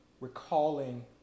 recalling